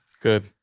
good